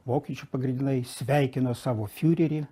vokiečių pagrindinai sveikino savo fiurerį